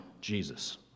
Jesus